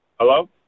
Hello